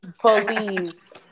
police